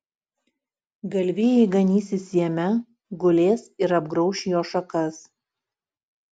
galvijai ganysis jame gulės ir apgrauš jo šakas